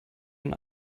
den